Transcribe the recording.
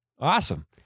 Awesome